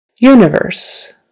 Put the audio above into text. Universe